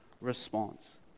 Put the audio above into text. response